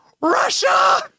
Russia